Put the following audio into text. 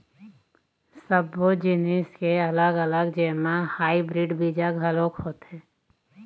सब्बो जिनिस के अलग अलग जेमा हाइब्रिड बीजा घलोक होथे